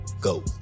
go